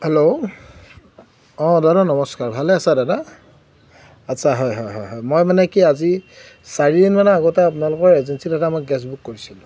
hello অঁ দাদা নমস্কাৰ ভালে আছে দাদা আচ্ছা হয় হয় হয় মই মানে কি আজি চাৰিদিনমানৰ আগতে আপোনালোকৰ এজেঞ্চীত দাদা মই গেছ বুক কৰিছিলোঁ